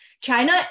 China